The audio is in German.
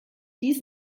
dies